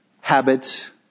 habit